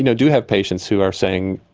you know do have patients who are saying,